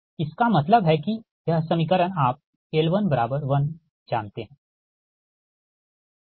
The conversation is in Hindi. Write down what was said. इसका मतलब है कि यह समीकरण आप L1 1 जानते है ठीक